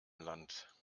land